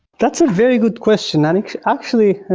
that's a very good question. ah actually,